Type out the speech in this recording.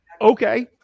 Okay